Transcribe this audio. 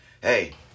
hey